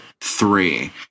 three